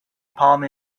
palm